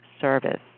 service